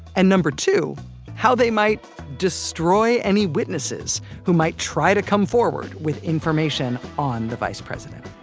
and number two how they might destroy any witnesses who might try to come forward with information on the vice president